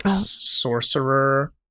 sorcerer